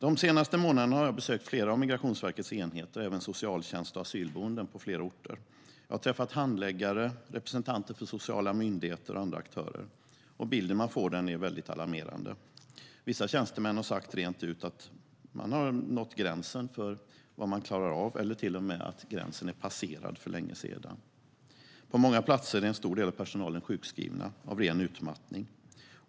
De senaste månaderna har jag besökt flera av Migrationsverkets enheter och även socialtjänst och asylboenden på flera orter. Jag har träffat handläggare, representanter för sociala myndigheter och andra aktörer. Bilden man får är alarmerande. Vissa tjänstemän har sagt rent ut att man har nått gränsen för vad man klarar av eller till och med att gränsen är passerad för länge sedan. På många platser är en stor del av personalen sjukskriven av ren utmattning.